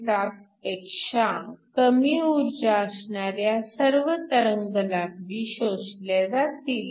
27 पेक्षा कमी ऊर्जा असणाऱ्या सर्व तरंगलांबी शोषल्या जातील